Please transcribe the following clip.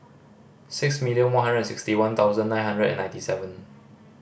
six million one hundred and sixty one thousand nine hundred and ninety seven